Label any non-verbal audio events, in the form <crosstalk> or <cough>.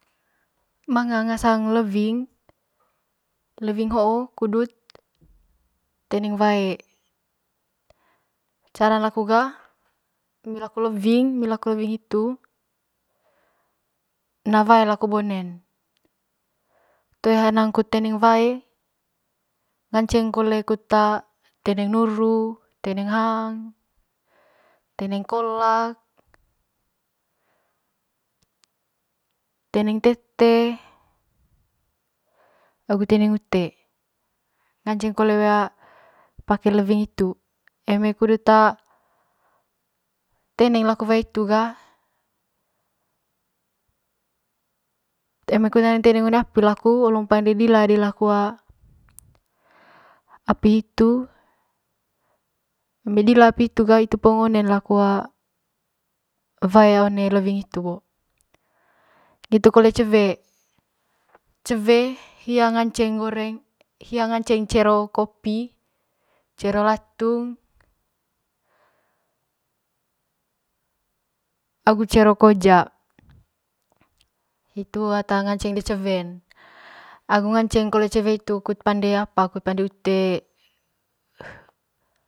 Manga ngasang lewing, lewing hoo kudut teneng wae cara laku ga emi laku lewing emi laku lewing hitu na wae laku bonen toe hanang kut teneng wae ngaceng kole kut teneng nuru, teneng hang, teneng kolak teneng tete agu teneng ute ngaceng kole pake lewing hitu eme kudut teeng laku wae hitu ga eme kut nanang teneng one api laku olong pande dila di laku <hesitation> api hitu eme dila api hitu ga hitu po onen laku <hesitation> waen one lewing hitu bo. ngitu kole cewe hia ngaceng goreng hia ngaceng cero kopi cero latung agu cero koja hitu ata ngaceng de cewen agu ngaceng kole cewe hitu kut pande apa kut pande ute.